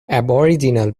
aboriginal